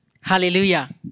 Hallelujah